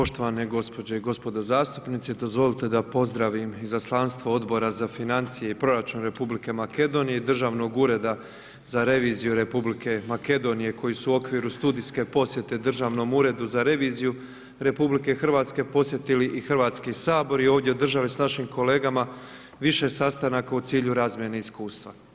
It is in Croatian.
Poštovane gospođe i gospodo zastupnici, dozvolite da pozdravim izaslanstvo Odbora za financije i proračun Republike Makedonije, Državnog ureda za reviziju Republike Makedonije koji su u okviru studijske posjete Državnom uredu za reviziju RH posjetili i Hrvatski sabor i ovdje održali s našim kolegama više sastanaka u cilju razmjene iskustava.